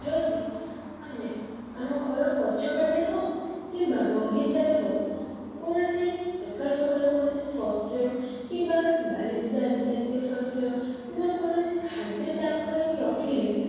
ଯଦି ଆମେ ଆମ ଘର ପଛପଟେ ହଉ କିମ୍ବା ବଗିଚାରେ ହଉ କୌଣସି ସକାଳୁ ସକାଳୁ କୌଣସି ଶସ୍ୟ କିମ୍ବା ଡାଲି ଜାତୀୟ ଶସ୍ୟ କିମ୍ବା କୌଣସି ଖାଦ୍ୟ ତାଙ୍କ ପାଇଁ ରଖିଲେ